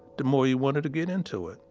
the more you wanted to get into it,